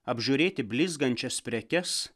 apžiūrėti blizgančias prekes